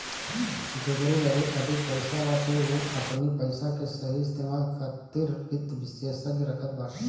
जेकरी लगे अधिक पईसा बाटे उ अपनी पईसा के सही इस्तेमाल खातिर वित्त विशेषज्ञ रखत बाटे